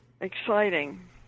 exciting